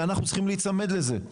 ואנחנו צריכים להיצמד לזה.